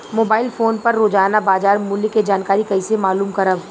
Mobile phone पर रोजाना बाजार मूल्य के जानकारी कइसे मालूम करब?